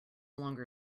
longer